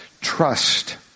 Trust